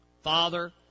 Father